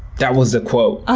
that was the quote.